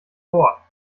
vor